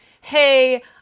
hey